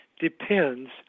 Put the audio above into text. depends